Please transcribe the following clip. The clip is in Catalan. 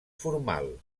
formal